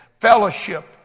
Fellowship